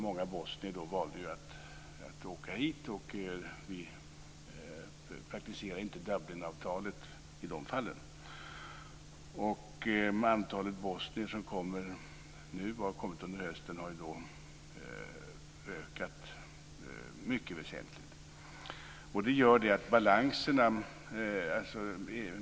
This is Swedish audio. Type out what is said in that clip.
Många bosnier valde att åka hit. Vi praktiserar inte Dublinavtalet i de fallen. Antalet bosnier som har kommit under hösten har ökat mycket väsentligt.